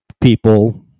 people